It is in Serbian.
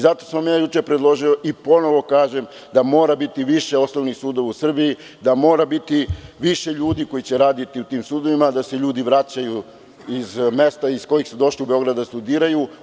Zato sam vam ja juče predložio i ponovo kažem da mora biti više osnovnih sudova u Srbiji, da mora biti više ljudi koji će raditi u tim sudovima, da se ljudi vraćaju iz mesta iz kojih su došli u Beograd da studiraju.